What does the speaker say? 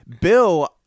Bill